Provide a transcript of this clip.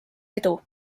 edu